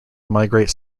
migrate